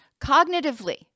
Cognitively